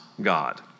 God